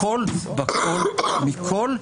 הכול בכול מכול,